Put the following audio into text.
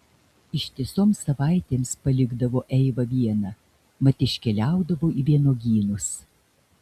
ištisoms savaitėms palikdavo eivą vieną mat iškeliaudavo į vynuogynus